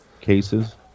cases